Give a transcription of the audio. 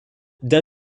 d’un